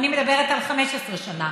ואני מדברת על 15 שנה,